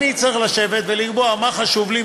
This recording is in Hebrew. אני צריך לשבת ולקבוע מה חשוב לי,